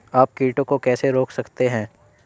आप कीटों को कैसे रोक सकते हैं?